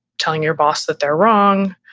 telling your boss that they're wrong.